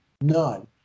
None